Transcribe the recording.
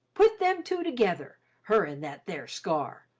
put them two together, her n that there scar!